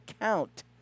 count